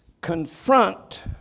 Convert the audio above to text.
Confront